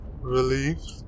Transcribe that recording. relieved